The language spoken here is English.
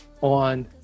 on